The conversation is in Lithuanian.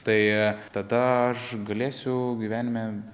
tai tada aš galėsiu gyvenime